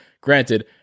Granted